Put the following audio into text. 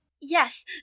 Yes